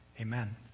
amen